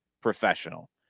professional